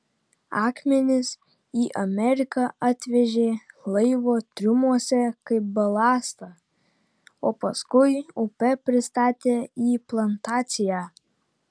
akmenis į ameriką atvežė laivo triumuose kaip balastą o paskui upe pristatė į plantaciją